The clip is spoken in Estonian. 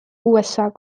usa